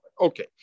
Okay